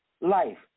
life